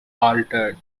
altered